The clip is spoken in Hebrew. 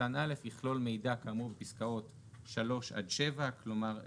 קטן (א) יכלול מידע כאמור בפסקאות 3 7" כלומר,